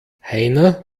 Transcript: heiner